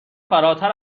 فراتر